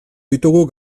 ditugu